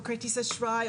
או כרטיס אשראי,